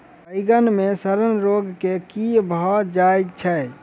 बइगन मे सड़न रोग केँ कीए भऽ जाय छै?